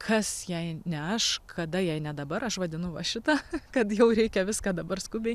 kas jei ne aš kada jei ne dabar aš vadinu va šitą kad jau reikia viską dabar skubiai